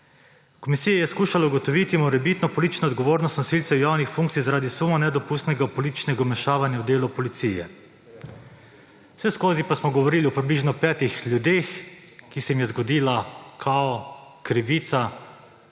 Komisija je skušala ugotoviti morebitno politično odgovornost nosilcev javnih funkcij zaradi suma nedopustnega političnega vmešavanja v delo policije. Vseskozi pa smo govorili o približno petih ljudeh, ki se jim je zgodila kao krivica,